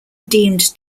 deemed